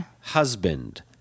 husband